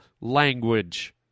language